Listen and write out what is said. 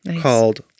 called